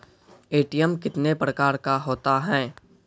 ATM कितने प्रकार का होता हैं?